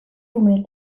umel